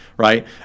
Right